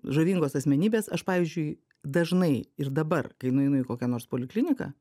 žavingos asmenybės aš pavyzdžiui dažnai ir dabar kai nueinu į kokią nors polikliniką